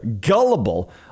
gullible